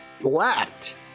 left